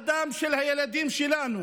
הדם של הילדים שלנו,